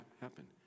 happen